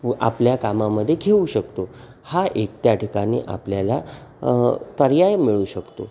व आपल्या कामामध्ये घेऊ शकतो हा एक त्या ठिकाणी आपल्याला पर्याय मिळू शकतो